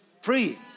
free